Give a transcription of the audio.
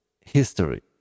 history